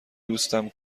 دوستم